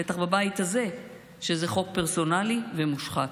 בטח בבית הזה: זה חוק פרסונלי ומושחת.